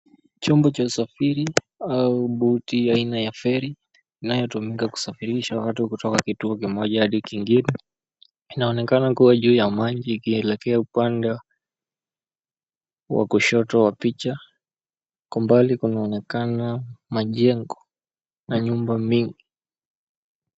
Chombo cha usafiri au boti aina ya feri inayotumika kusafirisha watu kutoka kituo kimoja hadi kingine inaonekana kuwa juu ya maji ikielekea upande wa kushoto wa picha. Kwa mbali kunaonekana majengo na nyumba mingi.